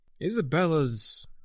Isabella's